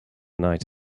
night